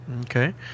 okay